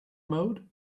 mode